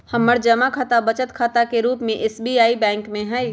हमर जमा खता बचत खता के रूप में एस.बी.आई बैंक में हइ